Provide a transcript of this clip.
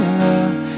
love